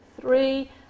three